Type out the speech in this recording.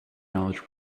knowledge